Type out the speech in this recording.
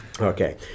Okay